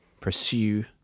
pursue